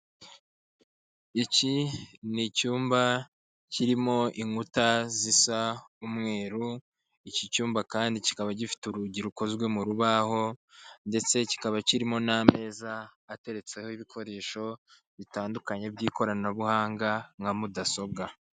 Iki ni icyumba kirimo inkuta zisa umweru, iki cyumba kandi kikaba gifite urugi rukozwe mu rubaho ndetse kikaba kirimo n'ameza ateretseho ibikoresho bitandukanye by'ikoranabuhanga nka mudasobwa.